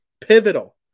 Pivotal